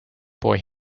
boy